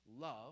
Love